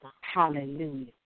Hallelujah